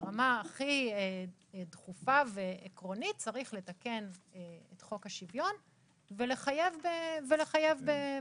ברמה הכי דחופה ועקרונית צריך לתקן את חוק השוויון ולחייב בהנגשה.